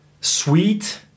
sweet